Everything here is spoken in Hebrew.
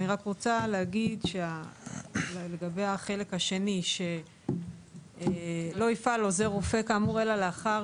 אני רק רוצה להגיד שלגבי החלק השני שלא יפעל עוזר רופא כאמור אלא לאחר